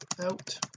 out